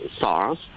SARS